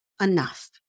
enough